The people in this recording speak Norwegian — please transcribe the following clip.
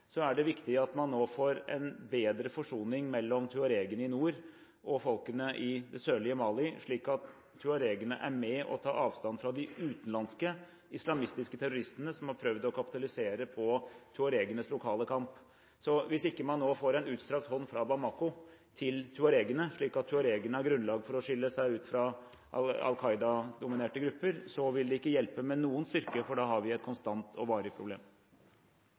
nord og folkene i det sørlige Mali, slik at tuaregene er med og tar avstand fra de utenlandske islamistiske terroristene som har prøvd å kapitalisere på tuaregenes lokale kamp. Hvis man ikke nå får en utstrakt hånd fra Bamako til tuaregene slik at tuaregene har grunnlag for å skille seg ut fra Al Qaida-dominerte grupper, vil det ikke hjelpe med noen styrke, for da har vi et konstant og varig problem.